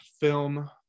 film